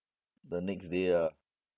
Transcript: the next day lah